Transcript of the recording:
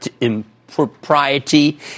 impropriety